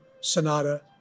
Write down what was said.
sonata